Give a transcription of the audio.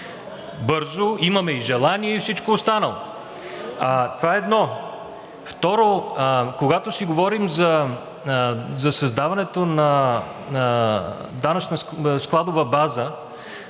бързо, имаме и желание и всичко останало. Това е едно. Второ, когато си говорим за създаването на складова база,